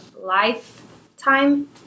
lifetime